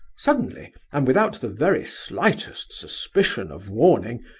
suddenly, and without the very slightest suspicion of warning,